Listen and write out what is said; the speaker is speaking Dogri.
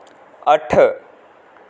अट्ठ